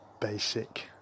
basic